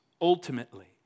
ultimately